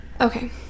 okay